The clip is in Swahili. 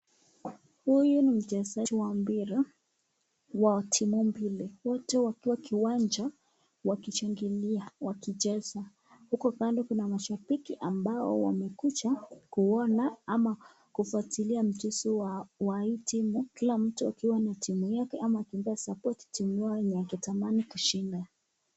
Huyu ni mchezaji wa mpira wa timu mbili. Wote wakiwa kiwanja wakichangilia wakicheza. Huko kando kuna mashabiki ambao wamekuja kuona ama kufuatalia mchezo wa hii timu, kila mtu akiwa na timu yake ama kutoa support timu wa anatamani kushinda.